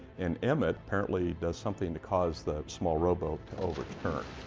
and emmitt apparently does something to cause the small row boat to overturn.